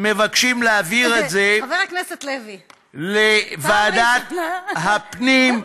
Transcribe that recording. מבקשים להעביר את זה לוועדת הפנים,